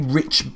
rich